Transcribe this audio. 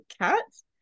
cats